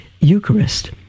Eucharist